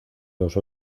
los